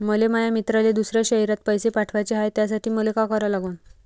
मले माया मित्राले दुसऱ्या शयरात पैसे पाठवाचे हाय, त्यासाठी मले का करा लागन?